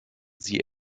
sie